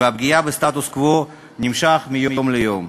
והפגיעה בסטטוס-קוו נמשכת מיום ליום.